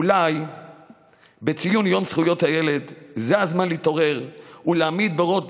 אולי בציון יום זכויות הילד זה הזמן להתעורר ולהעמיד בראש